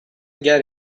get